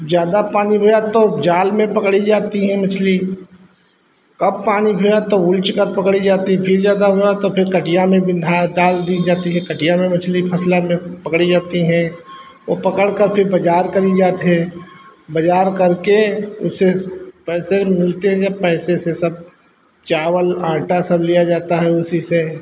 ज़्यादा पानी हुआ तो जाल में पकड़ी जाती है मछली कम पानी हुआ तो उलीचकर पकड़ी जाती फिर ज़्यादा हुआ तो फिर कटिया में बिन्धा डाल दी जाती है कटिया में मछली फसला में पकड़ी जाती हैं और पकड़कर फिर बाज़ार किया जाता है बाज़ार करके उससे पैसे मिलते हैं पैसे से सब चावल आटा सब लिया जाता है उसी से